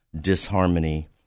disharmony